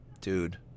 Dude